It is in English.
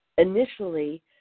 initially